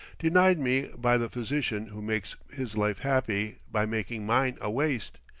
denied me by the physician who makes his life happy by making mine a waste.